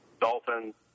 dolphins